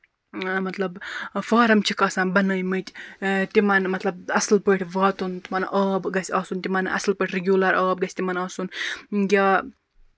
مطلب فارَم چھِکھ آسان بَنٲومٕتۍ تِمن مطلب اَصٕل پٲٹھۍ واتُن تِمن آب گژھِ آسُن تِمن اَصٕل پٲٹھۍ رِگوٗلر آب گژھِ تِمن آسُن یا